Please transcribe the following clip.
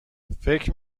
فکر